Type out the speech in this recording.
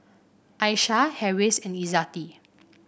Aisyah Harris and Izzati